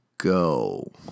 go